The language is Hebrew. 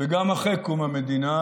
וגם אחרי קום המדינה,